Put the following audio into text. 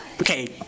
Okay